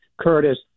Curtis